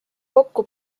kokku